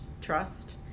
trust